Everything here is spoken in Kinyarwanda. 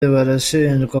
barashinjwa